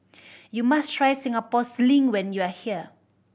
you must try Singapore Sling when you are here